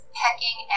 pecking